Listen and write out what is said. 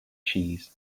cheese